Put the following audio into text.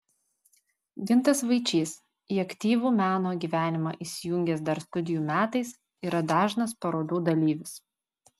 gintas vaičys į aktyvų meno gyvenimą įsijungęs dar studijų metais yra dažnas parodų dalyvis